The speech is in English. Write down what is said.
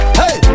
hey